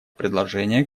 предложение